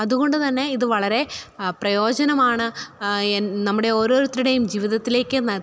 അതുകൊണ്ടു തന്നെ ഇത് വളരെ പ്രയോജനമാണ് എന് നമ്മുടെ ഓരോരുത്തരുടെയും ജീവിതത്തിലേക്ക് ന